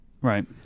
Right